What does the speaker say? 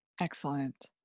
Excellent